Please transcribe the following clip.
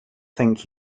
think